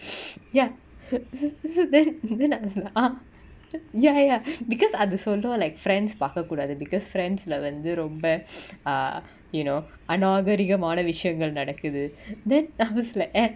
ya then then ah lah ya ya because அது:athu solo like friends பாக்க கூடாது:paaka koodathu because friends lah வந்து ரொம்ப:vanthu romba ah you know அநாகரிகமான விசயங்கள் நடக்குது:anaakarigamaana visayangal nadakuthu then how is like ah